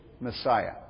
Messiah